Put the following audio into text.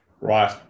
Right